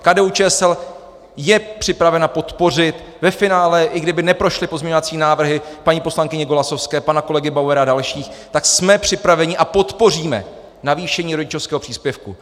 KDUČSL je připravena podpořit ve finále, i kdyby neprošly pozměňovací návrhy paní poslankyně Golasowské, pana kolegy Bauera a dalších, tak jsme připraveni a podpoříme navýšení rodičovského příspěvku.